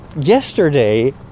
yesterday